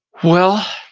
well,